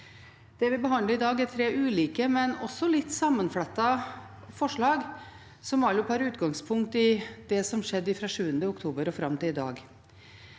Det vi behandler i dag, er tre ulike, men også litt sammenflettede forslag, som alle tar utgangspunkt i det som har skjedd fra 7. oktober og fram til i dag.